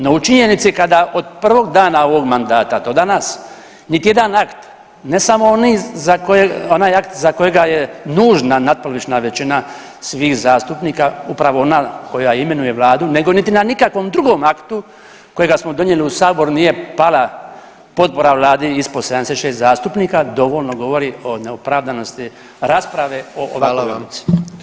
No u činjenici kada od prvog dana ovog mandata do danas niti jedan akt, ne samo oni za koje, onaj akt za kojeg je nužna natpolovična većina svih zastupnika upravo na koja imenuje Vladu, nego niti na nikakvom drugom aktu kojega smo donijeli u Saboru nije pala potpora Vladi ispod 76 zastupnika dovoljno govori o neopravdanosti rasprave o ovakvoj odluci.